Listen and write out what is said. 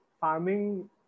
farming